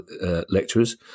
lecturers